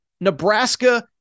Nebraska